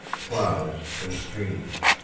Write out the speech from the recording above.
clouds, and streams.